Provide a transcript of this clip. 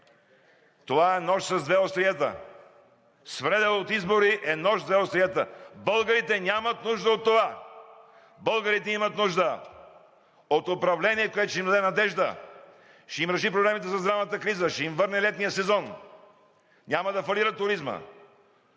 Това е нож с две остриета. Свредел от избори е нож с две остриета! Българите нямат нужда от това! Българите имат нужда от управление, което ще им даде надежда, ще им реши проблемите със здравната криза, ще им върне летния сезон, няма да фалира туризмът,